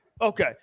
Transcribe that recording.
Okay